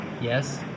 Yes